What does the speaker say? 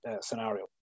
scenario